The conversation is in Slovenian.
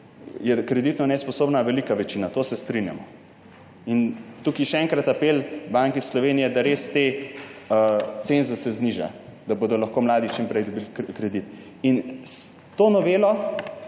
je kreditno nesposobna velika večina, to se strinjamo. Tukaj še enkrat apel Banki Slovenije, da res te cenzuse zniža, da bodo lahko mladi čim prej dobili kredit. S to novelo